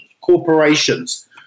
corporations